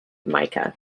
mica